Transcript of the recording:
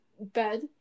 bed